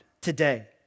today